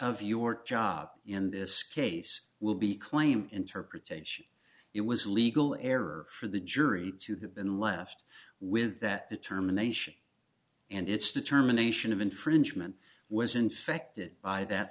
of your job in this case will be claimed interpretation it was legal error for the jury to have been left with that determination and its determination of infringement was infected by that